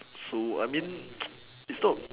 so I mean it's not